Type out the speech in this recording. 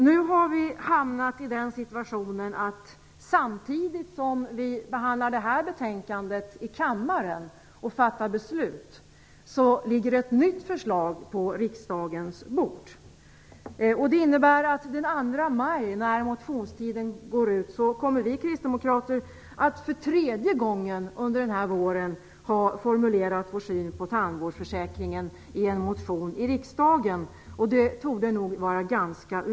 Nu har vi hamnat i den situationen att det samtidigt som vi behandlar det här betänkandet i kammaren och fattar beslut ligger ett nytt förslag på riksdagens bord. Det innebär att vi kristdemokrater den 2 maj, när motionstiden går ut, för tredje gången under den här våren kommer att ha formulerat vår syn på tandvårdsförsäkringen i en motion i riksdagen. Det torde nog vara unikt.